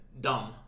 dumb